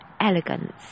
elegance